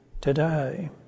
today